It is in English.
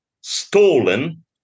stolen